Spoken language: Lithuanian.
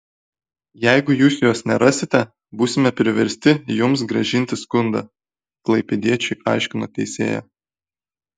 jeigu jūs jos nerasite būsime priversti jums grąžinti skundą klaipėdiečiui aiškino teisėja